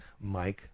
Mike